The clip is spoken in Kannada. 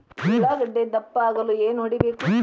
ಉಳ್ಳಾಗಡ್ಡೆ ದಪ್ಪ ಆಗಲು ಏನು ಹೊಡಿಬೇಕು?